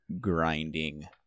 grinding